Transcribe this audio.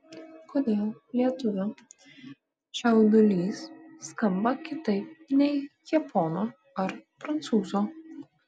kodėl lietuvio čiaudulys skamba kitaip nei japono ar prancūzo